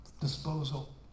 disposal